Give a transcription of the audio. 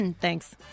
Thanks